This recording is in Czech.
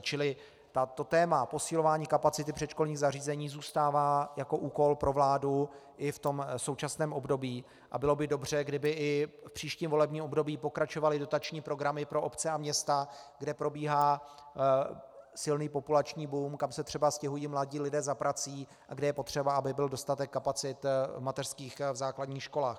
Čili téma posilování kapacity předškolních zařízení zůstává jako úkol pro vládu i v tom současném období a bylo by dobře, kdyby i v příštím volebním období pokračovaly dotační programy pro obce a města, kde probíhá silný populační boom, kam se třeba stěhují mladí lidé za prací a kde je potřeba, aby byl dostatek kapacit v mateřských a základních školách.